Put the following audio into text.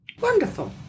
Wonderful